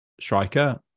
striker